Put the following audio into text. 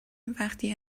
وقتی